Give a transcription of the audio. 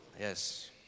Yes